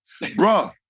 Bruh